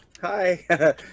Hi